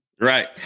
right